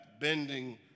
bending